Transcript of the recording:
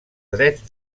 drets